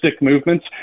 movements